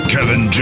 Kevin